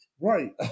Right